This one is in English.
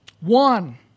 One